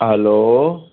hello